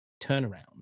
turnaround